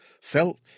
Felt